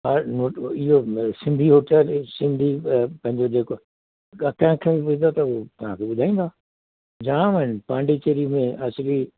हा इहो सिंधी होटल सिंधी पंहिंजो जेको असांखे हूंदा त तव्हांखे ॿुधाईंदा जाम आहिनि पांडुचेरी में एक्चुली